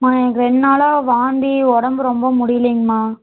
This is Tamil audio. அம்மா எனக்கு ரெண்டு நாளாக வாந்தி உடம்பு ரொம்ப முடியலீங்கம்மா